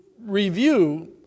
review